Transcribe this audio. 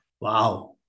Wow